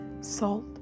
Salt